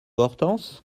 hortense